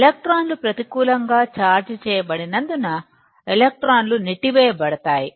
ఎలక్ట్రాన్లు ప్రతికూలంగా చార్జ్ చేయబడినందున ఎలక్ట్రాన్లు నెట్టి వేయ బడతాయి